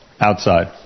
outside